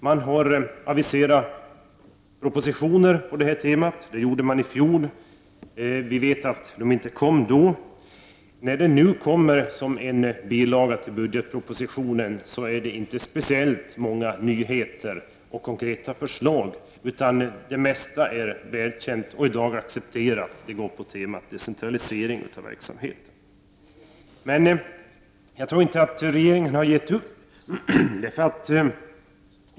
Man har aviserat propositioner på detta tema, bl.a. i fjol, men då framlades ingen sådan. När den kom som en bilaga till budgetpropositionen i år var det inte speciellt många nyheter och konkreta förslag. Det mesta var sådant som är accepterat och var inriktat på mera av decentralisering i verksamheten. Men regeringen har inte gett upp.